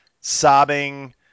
sobbing